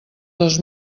dos